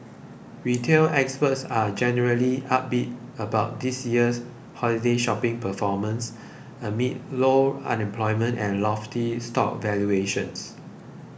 retail experts are generally upbeat about this year's holiday shopping performance amid low unemployment and lofty stock valuations